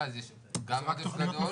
שבמרכז יש גם עודף גדול,